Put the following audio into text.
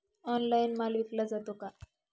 Online माल विकला जातो का?